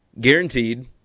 guaranteed